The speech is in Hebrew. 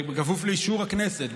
וזה כפוף לאישור הכנסת,